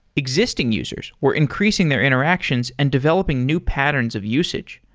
existing users were increasing their interactions and developing new patterns of usage.